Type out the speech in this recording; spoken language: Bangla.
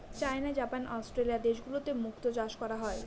চাইনা, জাপান, অস্ট্রেলিয়া দেশগুলোতে মুক্তো চাষ করা হয়